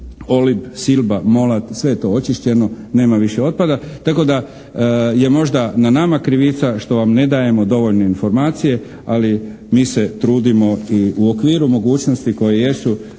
Olib, Silba, Molat sve je to očišćeno. Nema više otpada. Tako da je možda na nama krivica što vam ne dajemo dovoljno informacije, ali mi se trudimo i u okviru mogućnosti koje jesu